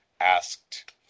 asked